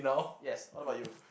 yes what about you